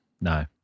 No